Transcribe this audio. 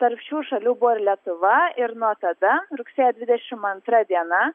tarp šių šalių buvo ir lietuva ir nuo tada rugsėjo dvidešim antra diena